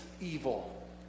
evil